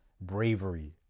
bravery